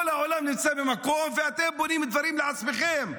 כל העולם נמצא במקום, ואתם בונים דברים לעצמכם.